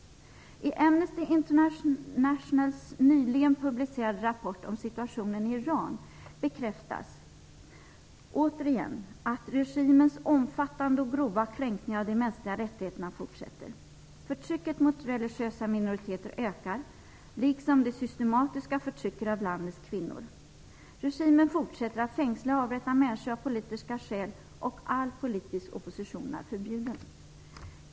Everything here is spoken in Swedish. I Amnesty Internationals nyligen publicerade rapport om situationen i Iran bekräftas återigen att regimens omfattande och grova kränkningar av de mänskliga rättigheterna fortsätter. Förtrycket mot religiösa minoriteter ökar, liksom det systematiska förtrycket av landets kvinnor. Regimen fortsätter att fängsla och avrätta människor av politiska skäl, och all politisk opposition är förbjuden.